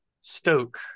Stoke